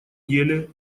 деле